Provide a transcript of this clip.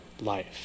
life